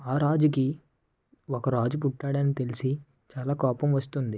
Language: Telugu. ఆ రాజుకి ఒక రాజు పుట్టాడు అని తెలిసి చాలా కోపం వస్తుంది